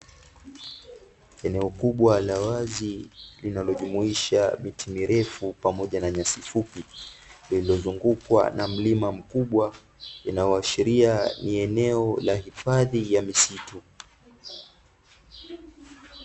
Eneo kubwa la wazi linalojumuisha miti mirefu pamoja na nyasi fupi, zilizozungukwa na mlima mkubwa inayoashiria ni eneo la hifadhi ya msitu.